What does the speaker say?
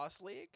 league